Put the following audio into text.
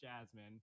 Jasmine